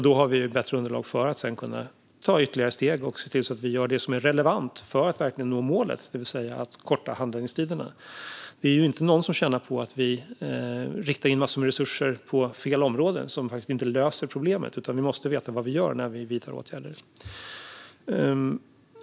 Då får vi ett bättre underlag för att sedan kunna ta ytterligare steg och göra det som är relevant för att nå målet om att korta ned handläggningstiderna. Det är ju inte någon som tjänar på att vi riktar in massor med resurser på fel områden och inte löser problemet. Vi måste veta vad vi gör när vi vidtar åtgärder.